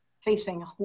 facing